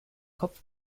kopf